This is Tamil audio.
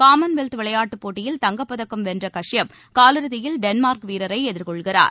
காமன்வெல்த் விளையாட்டுப் போட்டியில் தங்கப்பதக்கம் வென்ற காஷ்யப் காலிறுதியில் டென்மார்க் வீரரை எதிர்கொள்கிறார்